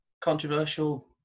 Controversial